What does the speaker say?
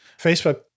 Facebook